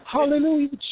Hallelujah